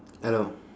hello